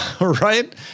right